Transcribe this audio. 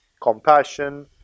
compassion